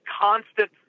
constant